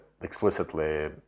explicitly